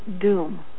doom